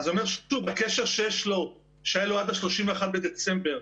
הקשר שהיה לו עד ה-31 בדצמבר,